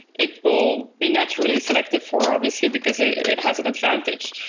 it will be naturally selected for, obviously, because it it has an advantage.